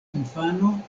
infano